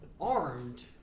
armed